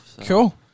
Cool